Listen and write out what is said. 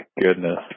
goodness